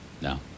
No